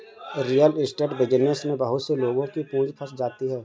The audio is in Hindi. रियल एस्टेट बिजनेस में बहुत से लोगों की पूंजी फंस जाती है